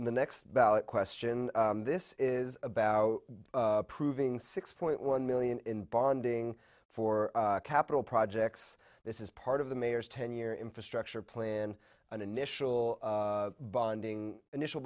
the next ballot question this is about proving six point one million in bonding for capital projects this is part of the mayor's ten year infrastructure plan an initial bonding initial